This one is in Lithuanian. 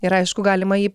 ir aišku galima jį